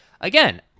again—